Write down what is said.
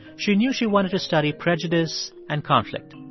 she knew she wanted to study prejudice and conflict.